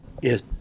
Yes